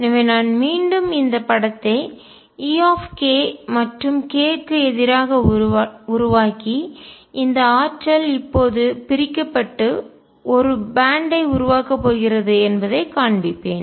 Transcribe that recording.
எனவே நான் மீண்டும் இந்த படத்தை E மற்றும் k க்கு எதிராக உருவாக்கி இந்த ஆற்றல் இப்போது பிரிக்கப்பட்டு ஒரு பேன்ட் பட்டை ஐ உருவாக்கப் போகிறது என்பதைக் காண்பிப்பேன்